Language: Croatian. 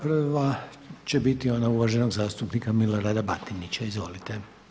Prva će biti ona uvaženog zastupnika Milorada Batinića, izvolite.